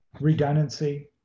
Redundancy